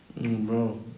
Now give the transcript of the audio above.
bro